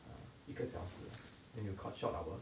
ah 一个小时 ah then you cut short our